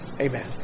Amen